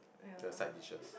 the side dishes